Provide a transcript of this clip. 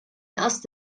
erst